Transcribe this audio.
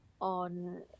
on